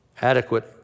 adequate